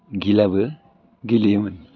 घिलाबो गेलेयोमोन